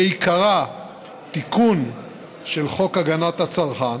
שעיקרה תיקון של חוק הגנת הצרכן,